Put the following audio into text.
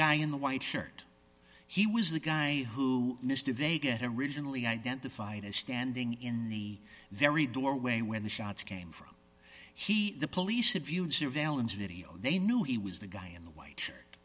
guy in the white shirt he was the guy who missed of a get originally identified as standing in the very doorway where the shots came from he the police abuse surveillance video they knew he was the guy in the white s